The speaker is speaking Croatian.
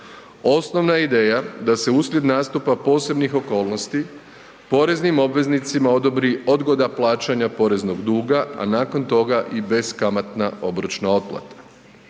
Osnovna je ideja da se uslijed nastupa posebnih okolnosti poreznim obveznicima odobri odgoda plaćanja poreznog duga, a nakon toga i beskamatna obročna otplata.